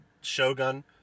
Shogun